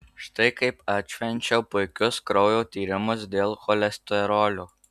štai kaip atšvenčiau puikius kraujo tyrimus dėl cholesterolio